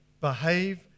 behave